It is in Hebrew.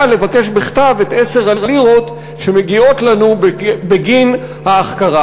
לבקש בכתב את 10 הלירות שמגיעות לנו בגין ההחכרה,